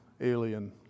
alien